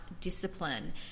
discipline